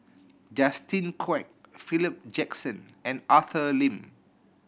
Justin Quek Philip Jackson and Arthur Lim